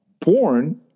Porn